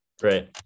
Great